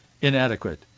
inadequate